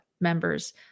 members